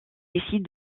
décident